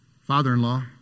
father-in-law